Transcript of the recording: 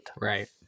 Right